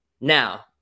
Now